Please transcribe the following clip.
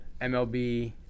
MLB